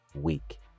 week